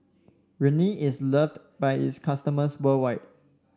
Rene is loved by its customers worldwide